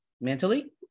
mentally